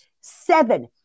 seven